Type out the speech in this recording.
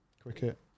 cricket